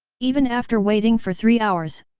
even after waiting for three hours,